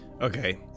Okay